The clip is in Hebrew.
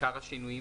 עיקר השינויים